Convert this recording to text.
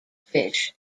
fish